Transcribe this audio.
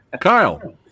Kyle